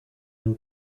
will